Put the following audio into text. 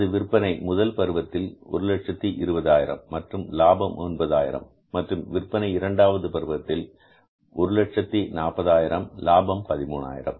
அது விற்பனை முதலாவது பருவத்தில் 120000 மற்றும் லாபம் 9000 மற்றும் விற்பனை இரண்டாவது பருவத்தில் 140000 லாபம் 13000